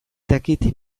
dakit